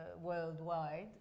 worldwide